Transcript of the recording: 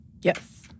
Yes